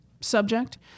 subject